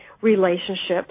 relationships